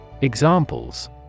Examples